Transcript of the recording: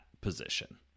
position